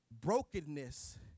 brokenness